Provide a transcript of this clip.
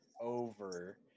over